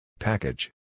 Package